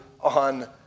on